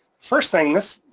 first thing,